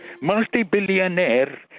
multi-billionaire